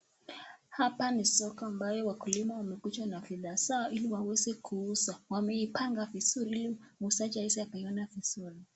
Hapa ni soko ambayo wakulima wamekuja na bidhaa zao ili waweze kuuza. Wameipanga vizuri ili muuzaji aweze akaiona vizuri.